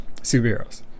superheroes